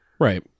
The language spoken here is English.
Right